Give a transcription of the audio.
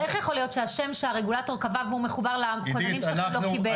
אז איך יכול להיות שהשם שהרגולטור קבע והוא מחובר לכוננים שלך לא קיבל?